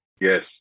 Yes